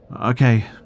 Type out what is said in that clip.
Okay